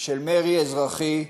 של מרי אזרחי,